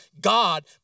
God